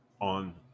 on